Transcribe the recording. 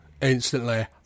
instantly